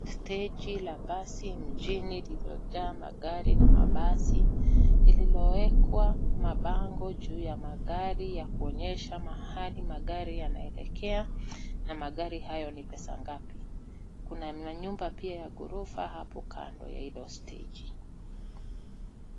Steji la basi nchini lililojaa magari na mabasi lililowekwa mabango juu ya magari ya kuonyesha mahali magari yanaelekea na magari hayo ni pesa ngapi. Kuna manyumba pia ya ghorofa hapo kando ya hilo steji.